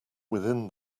within